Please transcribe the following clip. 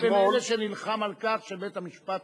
שאני בין אלה שנלחמים על כך שבית-המשפט